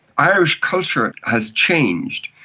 irish culture has changed,